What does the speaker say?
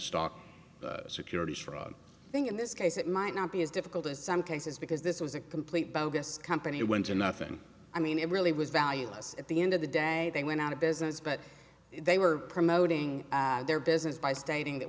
stock securities fraud thing in this case it might not be as difficult as some cases because this was a completely bogus company and went to nothing i mean it really was valueless at the end of the day they went out of business but they were promoting their business by stating that